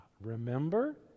remember